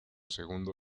segundo